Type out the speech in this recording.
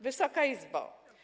Wysoka Izbo!